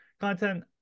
content